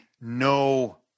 no